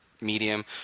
medium